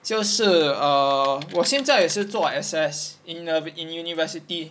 就是 err 我现在也是在做 access in uni